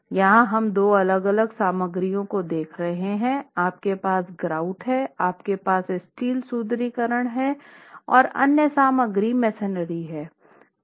यहाँ हम दो अलग अलग सामग्रियों को देख रहे हैं आपके पास ग्राउट है आपके पास स्टील सुदृढीकरण है और अन्य सामग्री मेसनरी है